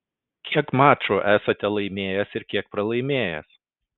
kiek mačų esate laimėjęs ir kiek pralaimėjęs